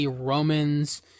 Romans